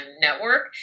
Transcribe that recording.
network